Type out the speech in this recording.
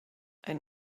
ein